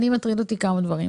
מטרידים כמה דברים.